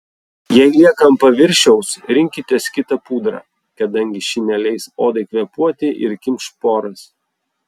jei lieka ant paviršiaus rinkitės kitą pudrą kadangi ši neleis odai kvėpuoti ir kimš poras